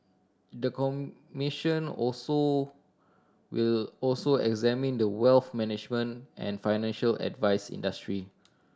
the commission also will also examine the wealth management and financial advice industry